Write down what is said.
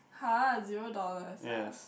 [huh] zero dollars ah